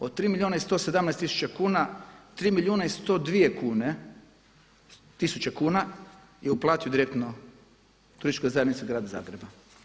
Od 3 milijuna i 117 tisuća kuna 3 milijuna i 102 tisuće kuna je uplatio direktno Turističkoj zajednici grada Zagreba.